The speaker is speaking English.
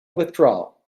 withdrawal